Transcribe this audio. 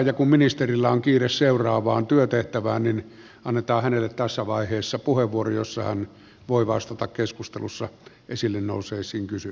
ja kun ministerillä on kiire seuraavaan työtehtävään niin annetaan hänelle tässä vaiheessa puheenvuoro jossa hän voi vastata keskustelussa esille nousseisiin kysymyksiin